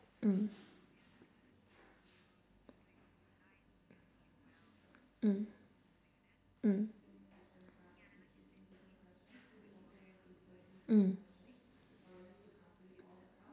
mm mm mm mm